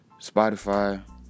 Spotify